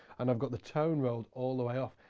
and i've got the tone rolled all the way off.